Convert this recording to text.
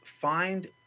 find